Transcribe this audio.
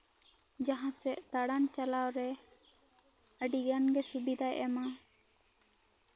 ᱡᱟᱦᱟᱸ ᱥᱮᱜ ᱫᱟᱬᱟᱱ ᱪᱟᱞᱟᱜ ᱨᱮ ᱟᱹᱰᱤᱜᱟᱱ ᱜᱮ ᱥᱩᱵᱤᱫᱷᱟᱭ ᱮᱢᱟ